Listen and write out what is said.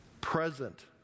present